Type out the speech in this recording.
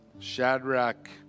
Shadrach